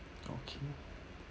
okay